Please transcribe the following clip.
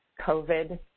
covid